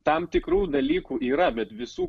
tam tikrų dalykų yra bet visų